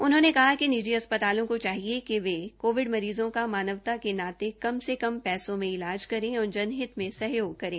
उन्होंने कहा निजी अस्पतालों को चाहिए कि वे कोविड मरीजों का मानवता के नाते कम से कम पैसों में इलाज करें और जनहित में सहयोग करें